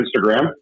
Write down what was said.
Instagram